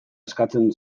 eskatzen